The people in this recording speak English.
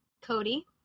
Cody